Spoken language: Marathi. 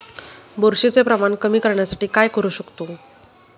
बुरशीचे प्रमाण कमी करण्यासाठी काय करू शकतो?